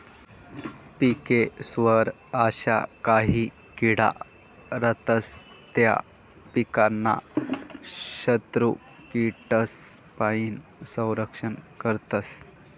पिकेस्वर अशा काही किडा रातस त्या पीकनं शत्रुकीडासपाईन संरक्षण करतस